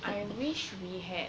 I wish we had